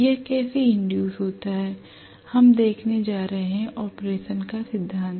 यह कैसे इंड्यूस् होता है हम देखने जा रहे हैं ऑपरेशन का सिद्धांत